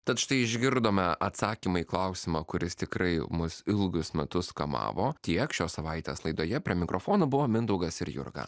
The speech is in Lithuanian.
tad štai išgirdome atsakymą į klausimą kuris tikrai mus ilgus metus kamavo tiek šios savaitės laidoje prie mikrofono buvo mindaugas ir jurga